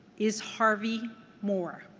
is harvey moore.